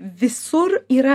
visur yra